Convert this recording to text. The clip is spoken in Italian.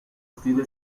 stile